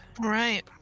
Right